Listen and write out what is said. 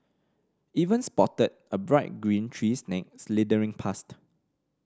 even spotted a bright green tree snake slithering past